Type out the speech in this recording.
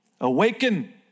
Awaken